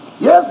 Yes